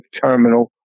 terminal